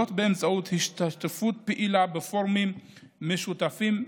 באמצעות השתתפות פעילה בפורומים משותפים,